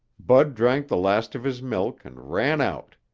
bud drank the last of his milk and ran out.